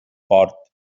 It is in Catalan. port